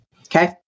Okay